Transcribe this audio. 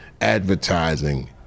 advertising